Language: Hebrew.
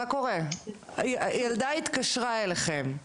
ילדה התקשרה אליכם,